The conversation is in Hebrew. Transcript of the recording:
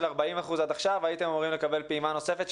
40% והייתם אמורים לקבל פעימה נוספת,